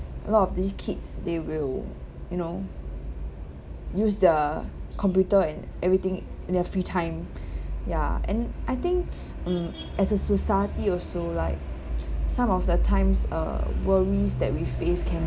a lot of these kids they will you know use the computer and everything in their free time ya and I think uh as a society also like some of the times uh worries that we face can